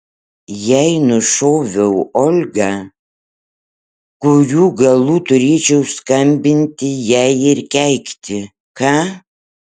jei nušoviau olgą kurių galų turėčiau skambinti jai ir keikti ką